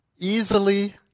Easily